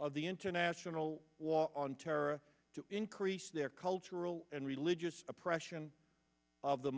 of the international war on terror to increase their cultural and religious oppression of the